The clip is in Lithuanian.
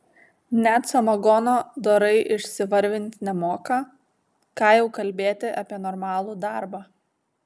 net samagono dorai išsivarvint nemoka ką jau kalbėti apie normalų darbą